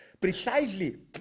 precisely